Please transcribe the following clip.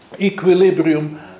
equilibrium